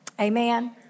Amen